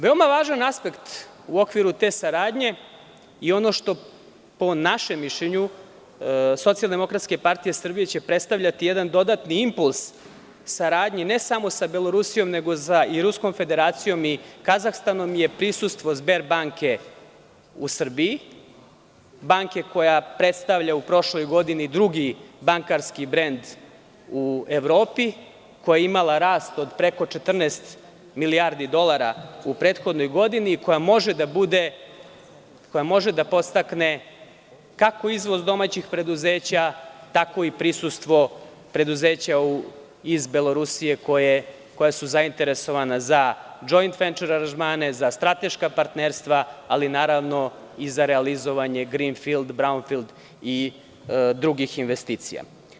Veoma važan aspekt u okviru te saradnje i ono što po našem mišljenju SDPS će predstavljati jedan dodatni impuls je saradnja ne samo sa Belorusijom nego i Ruskom Federacijom i Kazahstanom, prisustvo „Zber banke“ u Srbiji, banke koja predstavlja u prošloj godini drugi bankarski brend u Evropi, koja je imala rast od preko 14 milijardi dolara u prethodnoj godini, koja može da bude da podstakne kako izvoz domaćih preduzeća tako i prisustvo preduzeća iz Belorusije koja su zainteresovana za „Džoint fenčer aranžmane“, za strateška partnerstva, ali i za realizovanje grinfild, braunfild i drugih investicija.